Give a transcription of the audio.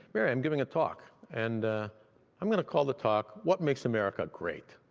mary, i'm giving a talk, and i'm going to call the talk what makes america great.